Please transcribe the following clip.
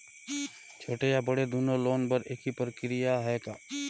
छोटे या बड़े दुनो लोन बर एक ही प्रक्रिया है का?